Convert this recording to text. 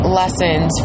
lessons